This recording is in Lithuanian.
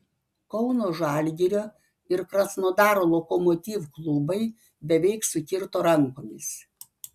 kauno žalgirio ir krasnodaro lokomotiv klubai beveik sukirto rankomis